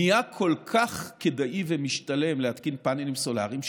נהיה כל כך כדאי ומשתלם להתקין פאנלים סולריים,